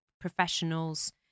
professionals